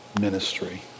ministry